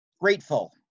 Grateful